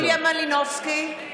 (קוראת בשמות חברי הכנסת) יוליה מלינובסקי,